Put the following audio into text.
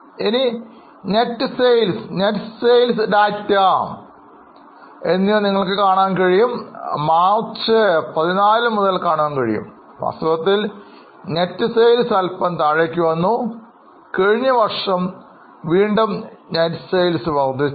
ഇനി net sales net sales data നിങ്ങൾക്ക് March 14 മുതൽ കാണാൻ കഴിയും വാസ്തവത്തിൽ നെറ്റ് സെയിൽസ് അല്പം കുറഞ്ഞു കഴിഞ്ഞ വർഷം വീണ്ടും നെറ്റ് സെയിൽസ് വർദ്ധിച്ചു